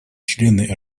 члены